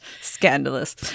Scandalous